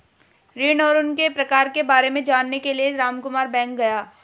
ऋण और उनके प्रकार के बारे में जानने के लिए रामकुमार बैंक गया